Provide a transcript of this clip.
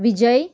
विजय